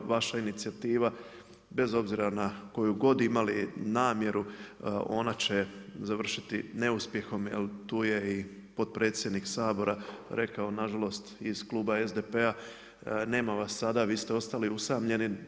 Vaša inicijativa bez obzira na koju god imali namjeru, ona će završiti neuspjehom, jer tu je i potpredsjednik Sabora rekao, nažalost iz Kluba SDP-a, nema vas sada vi ste ostali usamljeni.